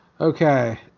Okay